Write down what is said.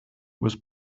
was